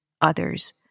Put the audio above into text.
others